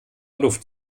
luft